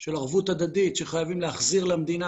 של ערבות הדדית שחייבים להחזיר למדינה,